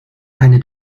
keine